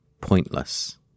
pointless